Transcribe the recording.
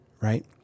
right